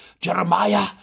Jeremiah